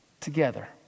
together